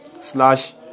slash